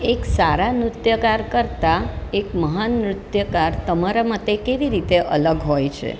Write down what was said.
એક સારા નૃત્યકાર કરતા એક મહાન નૃત્યકાર તમારા મતે કેવી રીતે અલગ હોય છે